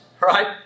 right